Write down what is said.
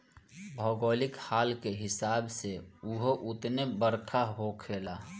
भौगोलिक हाल के हिसाब से उहो उतने बरखा होखेला